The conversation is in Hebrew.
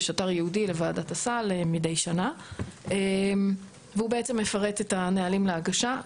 יש אתר ייעודי לוועדת הסל מידי שנה והוא בעצם מפרט את הנהלים להגשה.